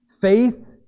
Faith